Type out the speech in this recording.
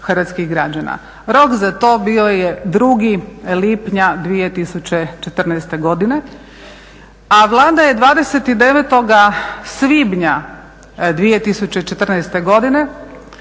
Rok za to bio je 2. lipnja 2014. godine. A Vlada je 29. svibnja 2014. godine